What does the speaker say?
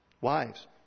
Wives